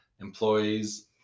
employees